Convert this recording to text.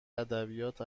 ادبیات